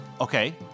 Okay